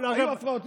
היו הפרעות.